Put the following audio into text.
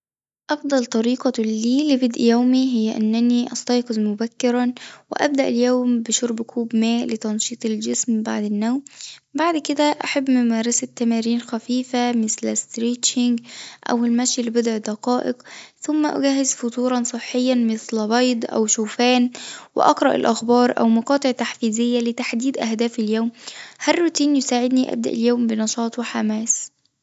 أفضل طريقة لي لبدء يومي هي إنني أستيقظ مبكرًا وأبدأ اليوم بشرب كوب ماء لتنشيط الجسم بعد النوم، بعد كده أحب ممارسة تمارين خفيفة مثل ستريتشنج أو المشي لبضع دقائق ثم أجهز فطورًا صحيًا مثل بيض أو شوفان وأقرأ الأخبار أو مقاطع تحفيزية لتحديد أهداف اليوم، هالروتين يساعدني أبدأ اليوم بنشاط وحماس.